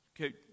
Okay